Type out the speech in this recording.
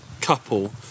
couple